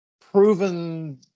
proven